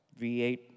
V8